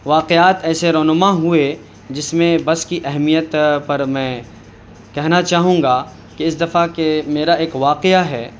واقعات ایسے رونما ہوئے جس میں بس کی اہمیت پر میں کہنا چاہوں گا کہ اس دفعہ کہ میرا ایک واقعہ ہے